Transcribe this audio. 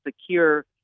secure